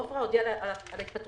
עפרה הודיעה על התפטרותה,